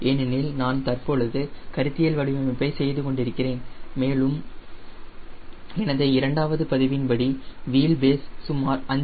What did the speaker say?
ஏனெனில் நான் தற்பொழுது கருத்தியல் வடிவமைப்பை செய்து கொண்டிருக்கிறேன் மேலும் எனது இரண்டாவது பதிவின் படி வீல் பேஸ் சுமார் 5